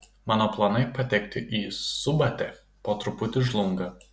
mano planai patekti į subatę po truputį žlunga